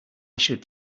should